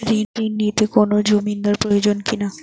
ঋণ নিতে কোনো জমিন্দার প্রয়োজন কি না?